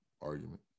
argument